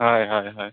ᱦᱚᱭ ᱦᱚᱭ ᱦᱚᱭ